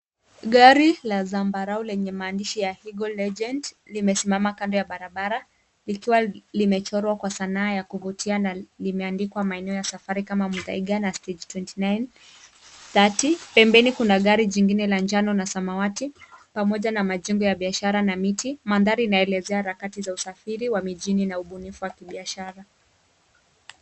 Gari la zamabarau lenye maandishi ya Hugo Legend, limesimama kando ya barabara, likiwa limechorwa kwa sanaa ya kuvutia na limeandikwa maeneo ya safari kama Muthaiga na Stage Twenty Nine, Thirty. Pembeni kuna gari jingine la njano na samawati pamoja na majengo ya biashara na miti. Mandhari inaelezea harakati za usafiri wa mijini na ubunifu wa kibiashara.